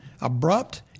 abrupt